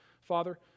Father